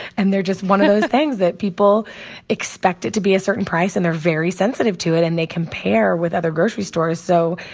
and they're just one of those things that people expect it to be a certain price, and they're very sensitive to it and they compare with other grocery stores. so,